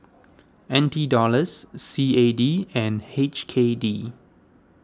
N T Dollars C A D and H K D